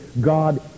God